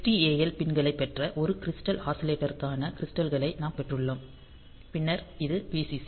XTAL பின் களைப் பெற்ற ஒரு கிரிஸ்டல் ஆஸிலேட்டருக்கான கிரிஸ்டல்களை நாம் பெற்றுள்ளோம் பின்னர் இது Vcc